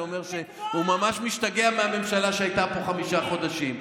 שאומר שהוא ממש משתגע מהממשלה שהייתה פה חמישה חודשים.